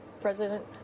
president